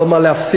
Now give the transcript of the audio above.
לא מה להפסיק,